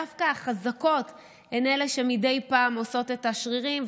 דווקא החזקות הן אלה שמדי פעם עושות את השרירים,